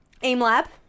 aimlab